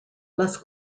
las